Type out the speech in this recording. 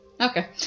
Okay